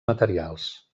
materials